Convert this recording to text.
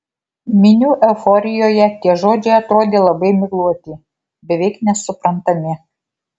minių euforijoje tie žodžiai atrodė labai migloti beveik nesuprantami